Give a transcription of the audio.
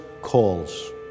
calls